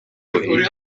ruhire